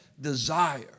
desire